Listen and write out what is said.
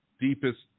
deepest